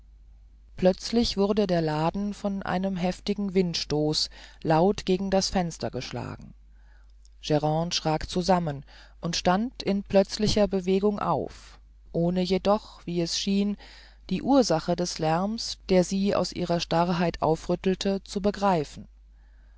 plötzlich wurde der laden von einem heftigen windstoß laut gegen das fenster geschlagen grande schrak zusammen und stand in plötzlicher bewegung auf ohne jedoch wie es schien die ursache des lärms der sie aus ihrer starrheit aufrüttelte zu begreifen